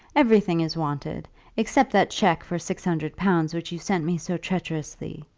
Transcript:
everything is wanted except that cheque for six hundred pounds which you sent me so treacherously.